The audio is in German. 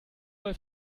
bei